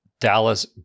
Dallas